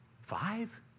Five